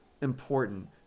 important